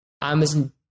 amazon